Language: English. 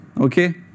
Okay